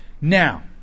Now